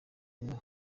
ino